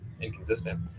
inconsistent